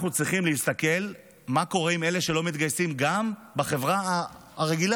אנחנו צריכים להסתכל מה קורה עם אלה שלא מתגייסים גם בחברה הרגילה,